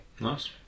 Nice